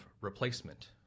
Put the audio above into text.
replacement